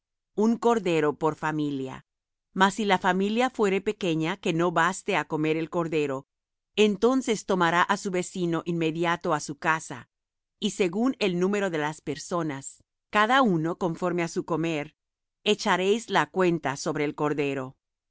un cordero por familia mas si la familia fuere pequeña que no baste á comer el cordero entonces tomará á su vecino inmediato á su casa y según el número de las personas cada uno conforme á su comer echaréis la cuenta sobre el cordero